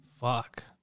Fuck